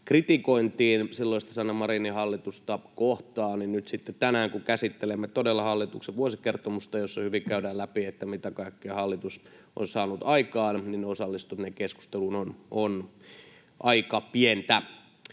kritikointiin silloista, Sanna Marinin hallitusta kohtaan, niin nyt sitten tänään, kun käsittelemme todella hallituksen vuosikertomusta, jossa hyvin käydään läpi, mitä kaikkea hallitus on saanut aikaan, on osallistuminen keskusteluun aika pientä.